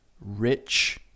rich